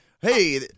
hey